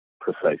precise